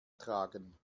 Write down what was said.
tragen